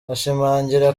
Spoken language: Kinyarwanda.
ashimangira